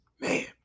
man